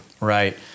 Right